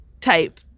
type